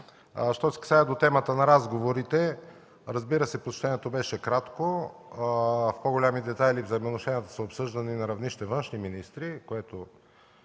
Що се отнася до темата на разговорите, разбира се, посещението беше кратко. В по-големи детайли взаимоотношенията са обсъждани на равнище външни министри,